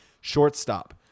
Shortstop